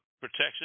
protection